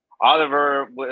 Oliver